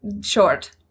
short